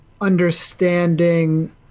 understanding